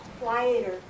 quieter